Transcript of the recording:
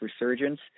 resurgence